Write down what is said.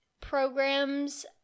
Programs